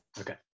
Okay